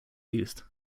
youth